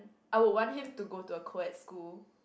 I would want him to go to a co-ed school